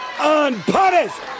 unpunished